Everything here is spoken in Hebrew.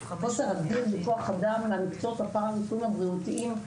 חוסר אדיר בכוח אדם במקצועות הפרא-רפואיים הבריאותיים,